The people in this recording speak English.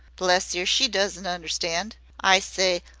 bless yer, she doesn't understand. i say,